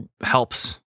helps